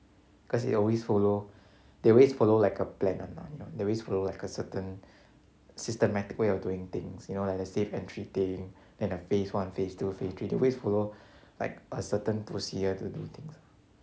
cause it always follow they always follow like a plan one mah you know they always follow like a certain systematic way of doing things you know like the safe entry thing then the phase one phase two phase three they always follow like a certain procedure to do things